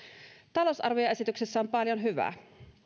talousarvioesityksessä on paljon hyvää